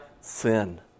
sin